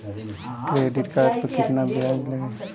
Credit card पर कितना ब्याज लगेला?